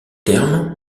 termes